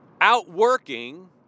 outworking